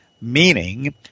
meaning